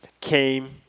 came